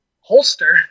holster